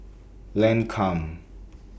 Lancome